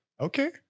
Okay